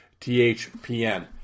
THPN